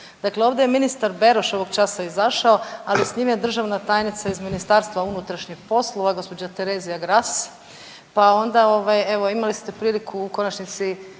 Dakle, ovdje je ministar Beroš ovog časa izašao, ali s njim je državna tajnica iz MUP-a gospođa Terezija Gras pa onda evo imali ste priliku u konačnici